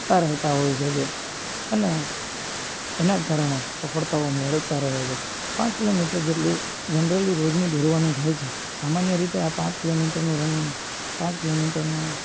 કરતા રહેતા હોય છે જે અને એના જ કારણે સફળતાઓ મેળવતા રહે છે પાંચ કિલોમીટર જેટલું જનરલી રોજનું દોડવાનું થાય છે સામાન્યરીતે આ પાંચ કિલોમીટરનું રનિંગ પાંચ કિલોમીટરનું